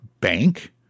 bank